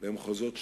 למחוזות שלום.